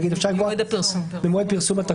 ממועד הפרסום.